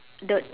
the